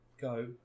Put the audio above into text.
go